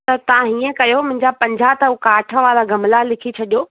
त तव्हां हीअं कयो मुंहिंजा पंजाहु त हू काठ वारा गमला लिखी छॾियो